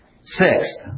Sixth